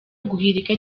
guhirika